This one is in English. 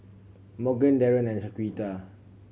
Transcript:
Morgan Darren and Shaquita